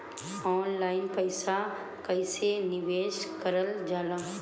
Online पईसा कईसे निवेश करल जाला?